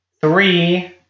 three